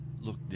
look